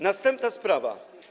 Następna sprawa.